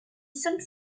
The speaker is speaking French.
cinq